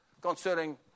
concerning